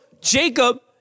Jacob